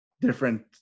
different